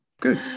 good